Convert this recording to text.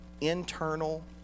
internal